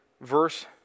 verse